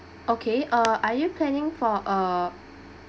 okay err are you planning for a